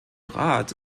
rat